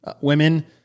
women